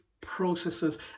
processes